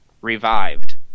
revived